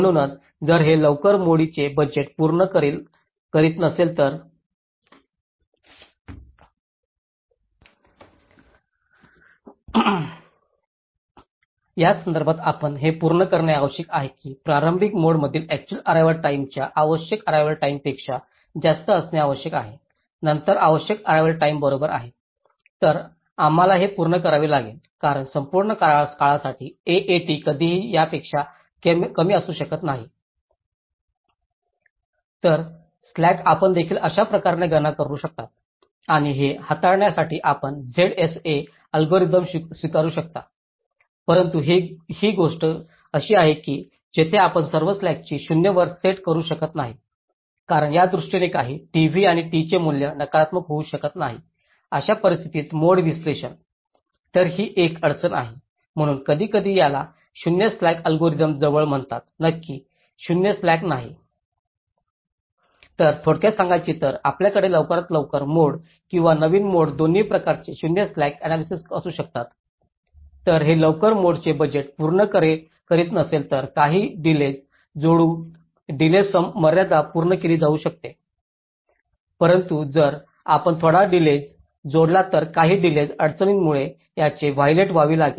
म्हणूनच जर हे लवकर मोडचे बजेट पूर्ण करीत नसेल तर काही डिलेज जोडून डिलेज मर्यादा पूर्ण केली जाऊ शकते परंतु जर आपण थोडा डिलेज जोडला तर काही डिलेज अडचणीमुळे त्याचे व्हायलेट व्हावे लागेल